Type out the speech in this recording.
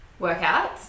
Workouts